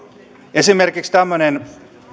esimerkiksi tämmöinen